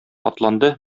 атланды